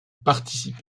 participe